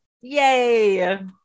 yay